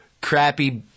crappy